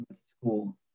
school